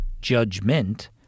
judgment